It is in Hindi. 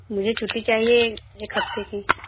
मुझे छुट्टी चाहिए एक हफ्ते की